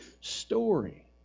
story